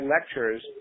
lectures